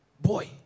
Boy